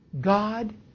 God